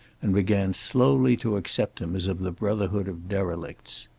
and began slowly to accept him as of the brotherhood of derelicts.